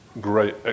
great